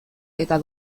eta